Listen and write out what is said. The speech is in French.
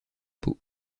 peau